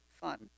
fun